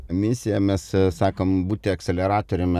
misija mes sakom būti akseleratorium